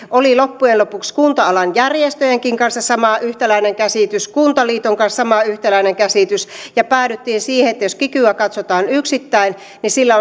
oli loppujen lopuksi kunta alan järjestöjenkin kanssa sama yhtäläinen käsitys kuntaliiton kanssa sama yhtäläinen käsitys ja päädyttiin siihen että jos kikyä katsotaan yksittäin niin sillä